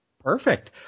Perfect